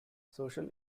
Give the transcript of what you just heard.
social